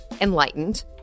Enlightened